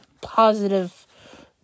positive